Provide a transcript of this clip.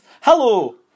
hello